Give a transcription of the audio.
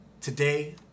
Today